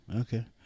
okay